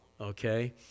okay